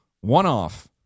one-off